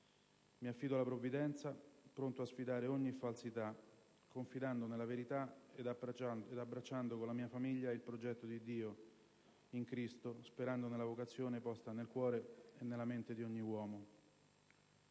Mi affido alla Provvidenza pronto a sfidare ogni falsità, confidando nella verità ed abbracciando con la mia famiglia il progetto di Dio in Cristo, sperando nella vocazione posta nel cuore e nella mente di ogni uomo.